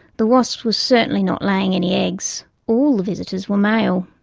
the wasps were certainly not laying any eggs all the visitors were male.